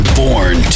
born